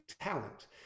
talent